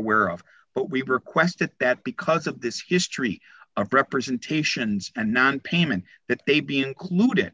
aware of but we requested that because of this history of representations and nonpayment that they be included